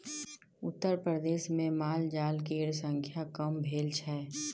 उत्तरप्रदेशमे मालजाल केर संख्या कम भेल छै